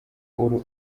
uri